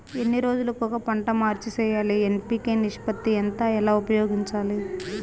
ఎన్ని రోజులు కొక పంట మార్చి సేయాలి ఎన్.పి.కె నిష్పత్తి ఎంత ఎలా ఉపయోగించాలి?